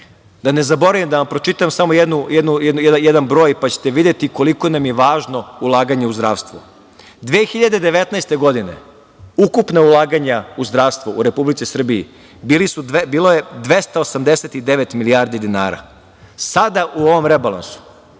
da ne zaboravim da vam pročitam samo jedan broj, pa ćete videti koliko nam je važno ulaganje u zdravstvo. Godine 2019. ukupna ulaganja u zdravstvo u Republici Srbiji bila su 289 milijardi dinara. Sada u ovom rebalansu